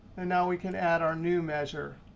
and now we can add our new measure,